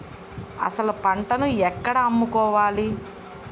అసలు పంటను ఎక్కడ అమ్ముకోవాలి?